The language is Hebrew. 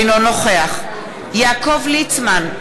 אינו נוכח יעקב ליצמן,